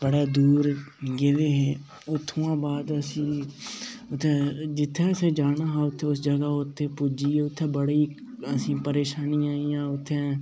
बड़े दूर गेदे हे उत्थुआं बाद असी उत्थें जित्थें असें जाना हा उत्थें उस जगह पुज्जियै उस जगह ऐसियां परेशानियां आई गेइयां उत्थें